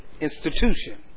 institution